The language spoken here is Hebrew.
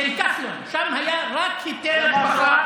שם היה רק היטל השבחה,